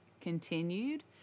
continued